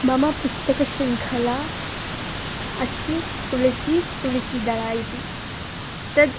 मम पुस्तकशृङ्खला अस्ति तुलसिः तुलसिदलम् इति तद्